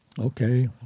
Okay